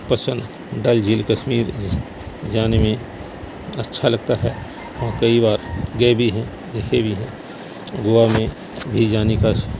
پسند ڈل جھیل کشمیر جانے میں اچھا لگتا ہے وہاں کئی بار گئے بھی ہیں دیکھے بھی ہیں گوا میں بھی جانے کا